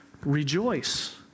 rejoice